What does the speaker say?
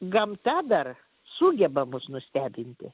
gamta dar sugeba mus nustebinti